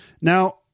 Now